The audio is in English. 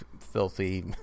filthy